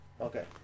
okay